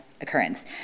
occurrence